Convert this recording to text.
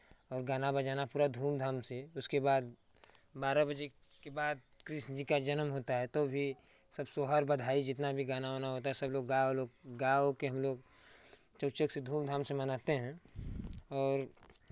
तब गाना बजाना पूरा धूम धाम से उसके बाद बारह बजे के बाद कृष्ण जी का जन्म होता है तो भी सब सोहर बधाई जितना भी गाना उना होता है सबलोग गा ऊ के हम लोग चौचक से धूम धाम से मनाते हैं और